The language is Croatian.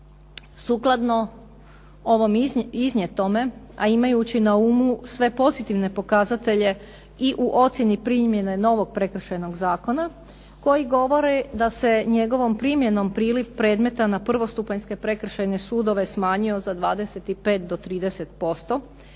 Sukladno ovom iznijetome, a imajući na umu sve pozitivne pokazatelje i u ocjeni primjene novog Prekršajnog zakona koji govori da se njegovom primjenom priliv predmeta na prvostupanjske prekršajne sudove smanjio za 25 do 30%,